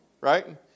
right